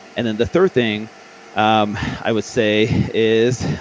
and then the third thing um i would say is,